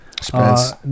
Spence